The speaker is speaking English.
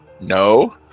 No